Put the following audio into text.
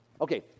okay